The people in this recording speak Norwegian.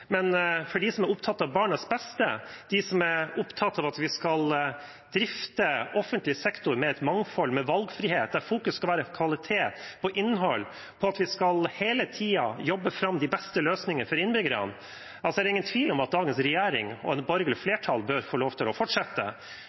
som er opptatt av barnas beste, og for dem som er opptatt av at vi skal drifte offentlig sektor med et mangfold av valgfrihet, der fokus skal være kvalitet og innhold, og at vi hele tiden skal jobbe fram de beste løsningene for innbyggerne, er det ingen tvil om at dagens regjering og et borgerlig flertall bør få lov til å fortsette,